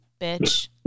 bitch